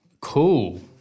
Cool